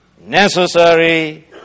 necessary